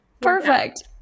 Perfect